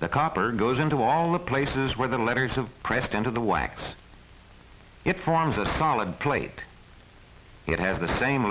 the copper goes into all the places where the letters of pressed into the wax it forms a solid plate it has the same